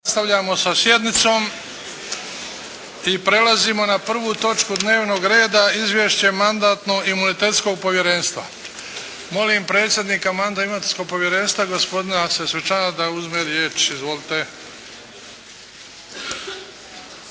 nastavljamo sa sjednicom i prelazimo na prvu točku dnevnog reda 1. Izvješće Mandatno-imunitetnog povjerenstva Molim predsjednika Mandatno-imunitetnog povjerenstva gospodina Sesvečana da uzme riječ. Izvolite.